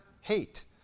hate